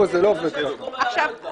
את יכולה להעביר את המסר גם עם הפרוטוקול.